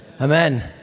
Amen